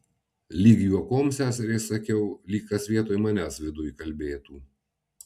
lyg juokom seseriai sakiau lyg kas vietoj manęs viduj kalbėtų